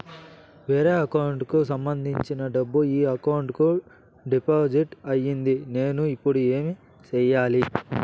వేరే అకౌంట్ కు సంబంధించిన డబ్బు ఈ అకౌంట్ కు డెబిట్ అయింది నేను ఇప్పుడు ఏమి సేయాలి